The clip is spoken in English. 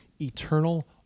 eternal